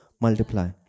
multiply